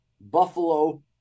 Buffalo